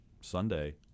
Sunday